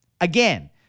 Again